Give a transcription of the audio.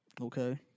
Okay